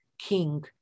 king